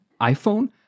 iPhone